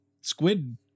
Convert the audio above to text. squid